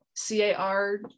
C-A-R